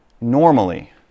normally